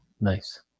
Nice